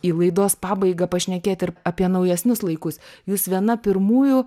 į laidos pabaigą pašnekėt ir apie naujesnius laikus jūs viena pirmųjų